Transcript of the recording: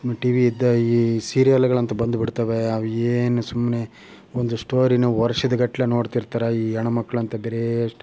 TV ಇಂದ ಈ ಸೀರಿಯಲ್ಗಳಂತೆ ಬಂದ್ಬಿಡ್ತವೆ ಅವು ಏನು ಸುಮ್ನೆ ಒಂದು ಸ್ಟೋರಿನ ವರ್ಷದಗಟ್ಲೆ ನೋಡ್ತಾಯಿರ್ತಾರೆ ಈ ಹೆಣ್ಣು ಮಕ್ಳಂತೂ ಬರಿ